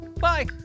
Bye